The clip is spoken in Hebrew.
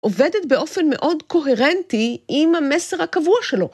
עובדת באופן מאוד קוהרנטי עם המסר הקבוע שלו.